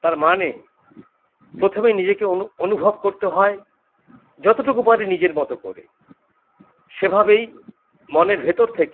তার মানে প্রথমে নিজেকে অনু অনুভব করতে হয় যতটুকু পারি নিজের মতো করে সেভাবেই মনের ভেতর থেকে